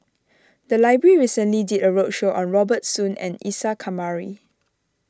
the library recently did a roadshow on Robert Soon and Isa Kamari